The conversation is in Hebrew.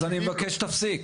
אז אני מבקש שתפסיק.